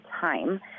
time